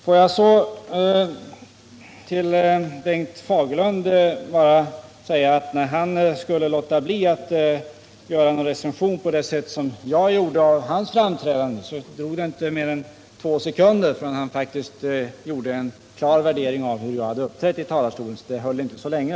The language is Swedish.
Får jag så till Bengt Fagerlund bara säga att när han lovade låta bli att göra någon recension av mitt framträdande, så tog det inte mer än två sekunder förrän han gjorde en klar värdering av hur jag hade uppträtt i talarstolen. Föresatsen höll alltså inte så länge.